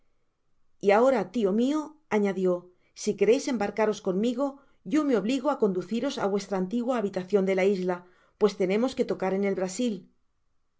y ahora tio mio anadio si quereis embarcaros conmigo yo me obligo á conduciros á vuestra antigua habitacion de la isla pues tenemos que tocar en el brasil